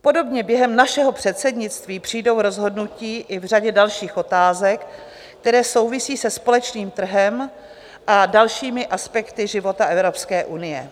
Podobně během našeho předsednictví přijdou rozhodnutí i v řadě dalších otázek, které souvisejí se společným trhem a dalšími aspekty života Evropské unie.